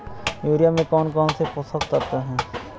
Urea में कौन कौन से पोषक तत्व है?